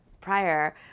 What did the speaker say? prior